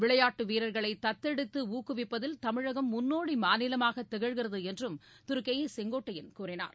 விளையாட்டு வீரர்களை தத்தெடுத்து ஊக்குவிப்பதில் தமிழகம் முன்னோடி மாநிலமாக திகழ்கிறது என்றும் திரு கே ஏ செங்கோட்டையன் கூறினார்